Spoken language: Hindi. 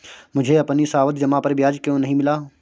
मुझे अपनी सावधि जमा पर ब्याज क्यो नहीं मिला?